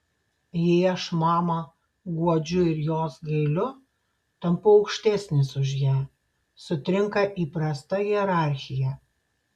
jei aš mamą guodžiu ir jos gailiu tampu aukštesnis už ją sutrinka įprasta hierarchija